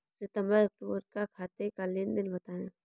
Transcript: सितंबर अक्तूबर का खाते का लेनदेन बताएं